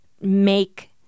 make